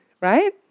right